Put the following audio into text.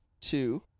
two